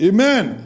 Amen